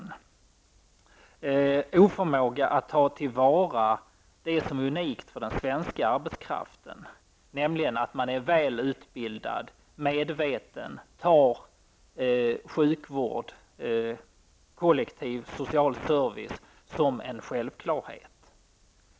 Det visar oförmåga att ta till vara det som är unikt för den svenska arbetskraften, nämligen att den är välutbildad, medveten och tar sjukvård och kollektiv social service som en självklarhet.